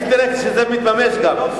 תיכף תראה שזה גם מתממש.